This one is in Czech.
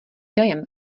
dojem